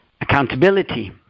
accountability